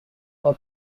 was